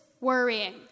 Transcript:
worrying